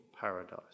paradise